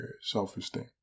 self-esteem